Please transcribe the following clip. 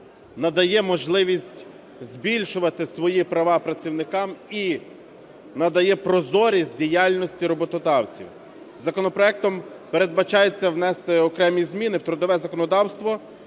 надає можливість збільшувати свої права працівникам і надає прозорість діяльності роботодавців. Законопроектом передбачається внести окремі зміни в трудове законодавство